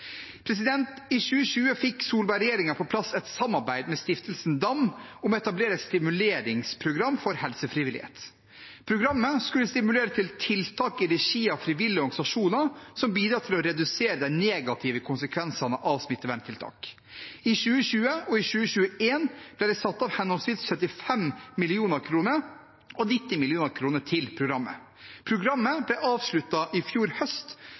I 2020 fikk Solberg-regjeringen på plass et samarbeid med Stiftelsen Dam om å etablere et stimuleringsprogram for helsefrivillighet. Programmet skulle stimulere til tiltak i regi av frivillige organisasjoner som bidrar til å redusere de negative konsekvensene av smitteverntiltak. I 2020 og i 2021 ble det satt av henholdsvis 75 mill. kr og 90 mill. kr til programmet. Programmet ble avsluttet i fjor høst